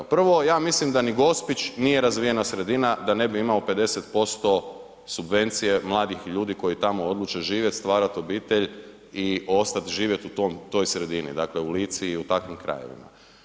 Prvo, ja mislim da ni Gospić nije razvijena sredina, da ne bi imao 50% subvencije mladih ljudi koji tamo odluče živjeti, stvarati obitelj i ostati živjeti u toj sredini, dakle u Lici i u takvim krajevima.